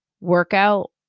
workout